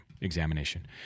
examination